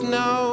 no